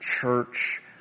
church